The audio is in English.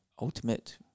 Ultimate